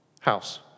house